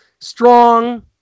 strong